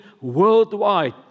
worldwide